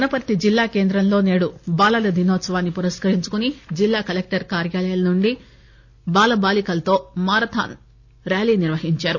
వనపర్తి జిల్లా కేంద్రంలో నేడు బాలల దినోత్సవాన్ని పురస్కరించుకొని జిల్లా కలెక్టర్ కార్యాలయం నుండి బాలబాలికలతో మారథాన్ ర్యాలీ నిర్వహించారు